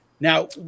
Now